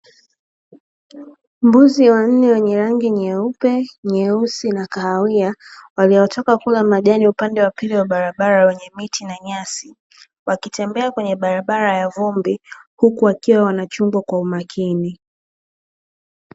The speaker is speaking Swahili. Mbuzi wanne wenye rangi nyeupe, nyeusi na kahawia waliochoka kula majani upande wa pili wa barabara miti na nyasi wakitembea kwenye barabara ya vumbi, huku wakiwa wanachungwa kwa umakini.